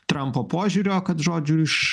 trampo požiūrio kad žodžiu iš